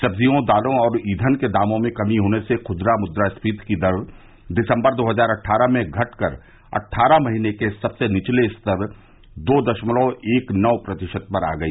सब्जियों दालों और ईंधन के दामों में कमी होने से खुदरा मुद्रास्कीति की दर दिसंबर दो हजार अट्टारह में घटकर अट्टारह महीने के सबसे निचले स्तर दो दशमलव एक नौ प्रतिशत पर आ गई